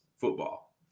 football